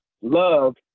love